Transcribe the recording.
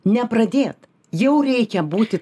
ne pradėt jau reikia būti